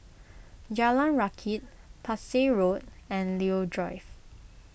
Jalan Rakit Parsi Road and Leo Drive